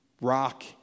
rock